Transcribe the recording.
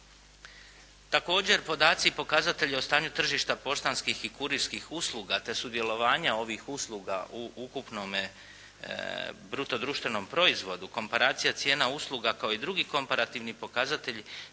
Također podaci i pokazatelji o stanju tržišta poštanskih i kurirskih usluga te sudjelovanja ovih usluga u ukupnome bruto društvenom proizvodu, komparacija cijena usluga kao i drugi komparativni pokazatelji